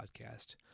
podcast